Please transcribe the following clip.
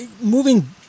Moving